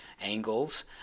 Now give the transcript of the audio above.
Angles